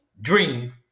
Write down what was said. dream